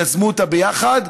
שיזמו אותה ביחד.